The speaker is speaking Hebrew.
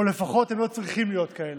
או לפחות הם לא צריכים להיות כאלה.